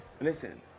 Listen